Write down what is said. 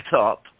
up